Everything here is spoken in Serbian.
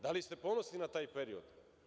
Da li ste ponosni na taj period?